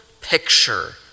picture